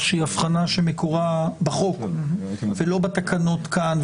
היא אבחנה שמקורה בחוק ולא בתקנות כאן,